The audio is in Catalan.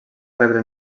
rebre